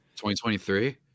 2023